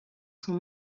son